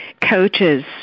coaches